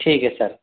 ठीक है सर